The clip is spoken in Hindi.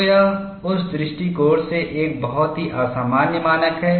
तो यह उस दृष्टिकोण से एक बहुत ही असामान्य मानक है